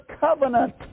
covenant